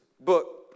book